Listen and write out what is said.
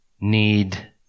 need